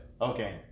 Okay